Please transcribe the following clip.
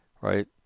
right